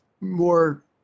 more